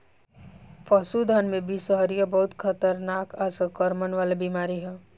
पशुधन में बिषहरिया बहुत खतरनाक आ संक्रमण वाला बीमारी ह